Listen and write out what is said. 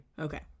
Okay